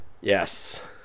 yes